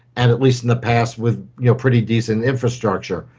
and at least in the past with you know pretty decent infrastructure,